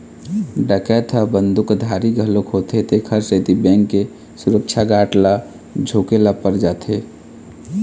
डकैत ह बंदूकधारी घलोक होथे तेखर सेती बेंक के सुरक्छा गार्ड ल झूके ल पर जाथे